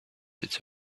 its